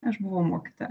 aš buvau mokytoja